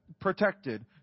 protected